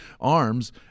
arms